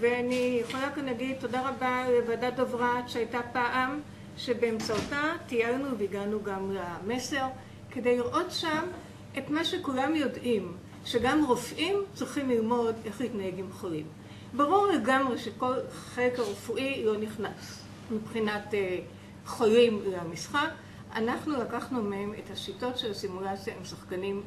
ואני יכולה כאן להגיד תודה רבה לוועדת דברת שהייתה פעם שבאמצעותה טיילנו והגענו גם למסר כדי לראות שם את מה שכולם יודעים, שגם רופאים צריכים ללמוד איך להתנהג עם חולים. ברור לגמרי שכל החלק הרפואי לא נכנס מבחינת חולים למשחק. אנחנו לקחנו מהם את השיטות של סימולציה עם שחקנים בבית חולים.